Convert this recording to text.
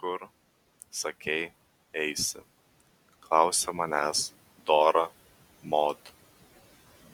kur sakei eisi klausia manęs dora mod